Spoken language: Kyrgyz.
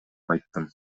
айттым